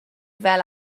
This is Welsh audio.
fel